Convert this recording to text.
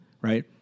right